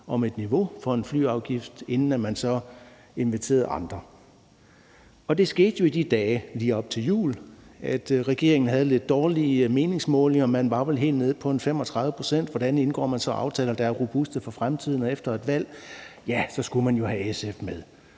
om et niveau for en flyafgift, inden man så inviterede andre. Og det skete jo i de dage lige op til jul, at regeringen havde lidt dårlige meningsmålinger, og man var vel helt nede på 35 pct. Hvordan indgår man så aftaler, der er robuste for fremtiden og efter et valg? Ja, så skulle man jo have SF med,